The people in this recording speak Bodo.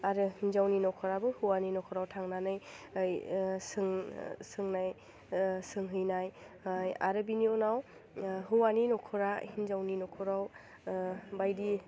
आरो हिन्जावनि न'खराबो हौवानि न'खराव थांनानै ओइ सोंनाय सोंहैनाय आरो बिनि उनाव हौवानि न'खरा हिन्जावनि न'खराव बायदि